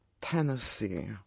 Tennessee